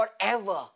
forever